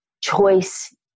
choice